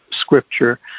Scripture